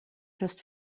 just